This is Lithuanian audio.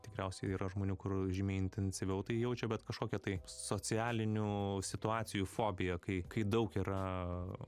tikriausiai yra žmonių kur žymiai intensyviau tai jaučia bet kažkokią tai socialinių situacijų fobiją kai kai daug yra